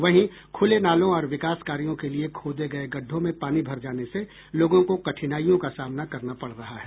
वहीं खुले नालों और विकास कार्यों के लिये खोदे गये गड्ढों में पानी भर जाने से लोगों को कठिनाईयों का सामना करना पड़ रहा है